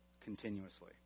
continuously